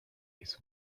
his